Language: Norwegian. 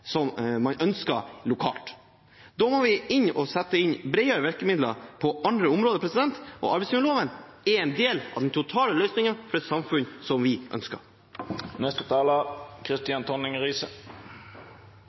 som man ønsker, lokalt. Da må vi sette inn bredere virkemidler på andre områder, og arbeidsmiljøloven er en del av den totale løsningen for et samfunn vi ønsker.